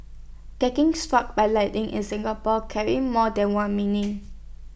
getting struck by lightning in Singapore carries more than one meaning